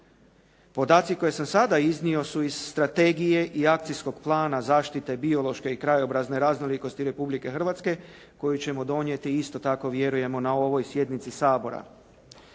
Podaci koje sam sada iznio su iz Strategije i akcijskog plana zaštite biološke i krajobrazne raznolikosti Republike Hrvatske koju ćemo donijeti isto tako vjerujemo na ovoj sjednici Sabora.